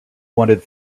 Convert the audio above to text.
wanted